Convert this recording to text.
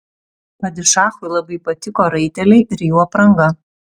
padišachui labai patiko raiteliai ir jų apranga